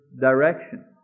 direction